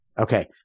Okay